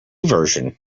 version